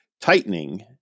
tightening